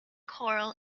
coral